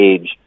age